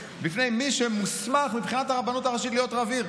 בפני מי שמוסמך מבחינת הרבנות הראשית להיות רב עיר,